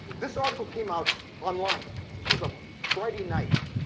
this article came out online. this was a friday night,